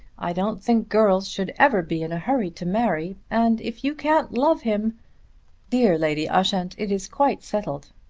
i don't think girls should ever be in a hurry to marry, and if you can't love him dear lady ushant, it is quite settled.